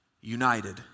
united